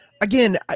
again